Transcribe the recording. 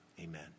amen